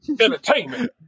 entertainment